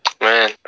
Man